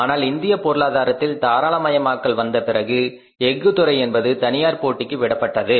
ஆனால் இந்திய பொருளாதாரத்தில் தாராளமயமாக்கல் வந்த பிறகு எஃகு துறை என்பது தனியார் போட்டிக்கு விடப்பட்டது